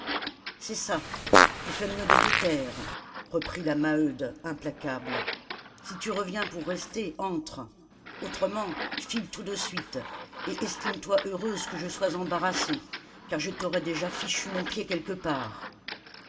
c'est ça tu fais mieux de te taire reprit la maheude implacable si tu reviens pour rester entre autrement file tout de suite et estime toi heureuse que je sois embarrassée car je t'aurais déjà fichu mon pied quelque part